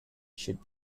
should